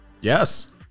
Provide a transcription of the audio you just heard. Yes